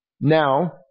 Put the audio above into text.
now